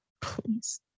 please